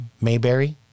Mayberry